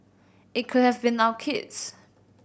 it could have been our kids